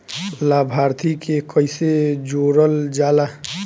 लभार्थी के कइसे जोड़ल जाला?